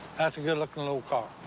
that's a good-looking little car.